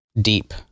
deep